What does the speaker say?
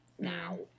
now